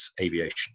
aviation